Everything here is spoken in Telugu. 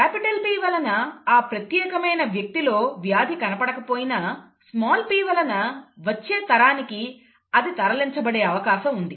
క్యాపిటల్ P వలన ఆ ప్రత్యేకమైన వ్యక్తి లో వ్యాధి కనపడకపోయినా స్మాల్ p వలన వచ్చే తరానికి అది తరలించబడే అవకాశం ఉంది